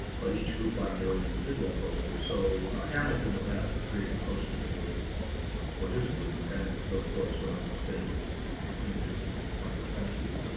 but each group wanted their own individual poster, so ah hamilton was asked to create the poster for for his group. and it's, of course, one of the most famous images in the twentieth century.